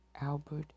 Albert